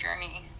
journey